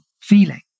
feeling